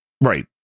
Right